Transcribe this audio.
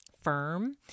firm